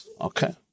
Okay